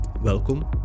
Welcome